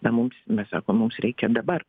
na mums mes sakom mums reikia dabar